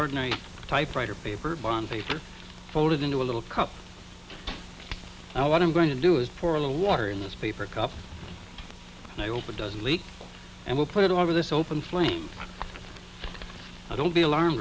ordinary typewriter paper bond paper folded into a little cup now what i'm going to do is for a little water in this paper cup and i hope it doesn't leak and we'll put it over this open flame i don't be alarm